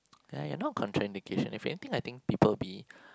ya ya not contraindication if anything I think people will be